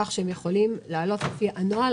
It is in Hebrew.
כך שהם יכולים לעלות על פי הנוהל.